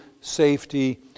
safety